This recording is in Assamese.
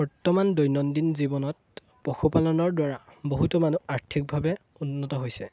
বৰ্তমান দৈনন্দিন জীৱনত পশুপালনৰ দ্বাৰা বহুতো মানুহ আৰ্থিকভাৱে উন্নত হৈছে